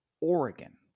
Oregon